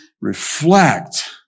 reflect